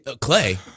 Clay